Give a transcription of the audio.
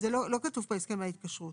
אז לא כתוב פה הסכם ההתקשרות.